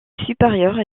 supérieurs